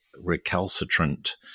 recalcitrant